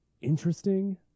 interesting